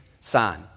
sign